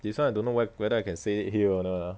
this [one] I don't know whe~ whether I can say it here or not ah